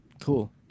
Cool